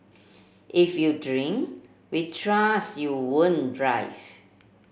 if you drink we trust you won't drive